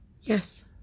Yes